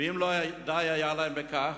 ואם לא די היה להם בכך,